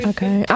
Okay